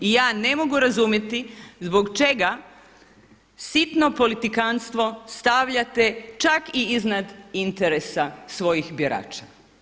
I ja ne mogu razumjeti zbog čega sitno politikantstvo stavljate čak i iznad interesa svojih birača.